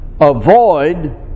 avoid